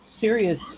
serious